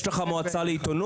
יש לך את המועצה לעיתונות,